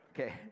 Okay